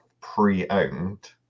pre-owned